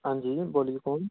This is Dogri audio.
हां जी बोल्लो कु'न